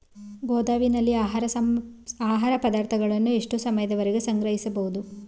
ಗೋದಾಮಿನಲ್ಲಿ ಆಹಾರ ಪದಾರ್ಥಗಳನ್ನು ಎಷ್ಟು ಸಮಯದವರೆಗೆ ಸಂಗ್ರಹಿಸಬಹುದು?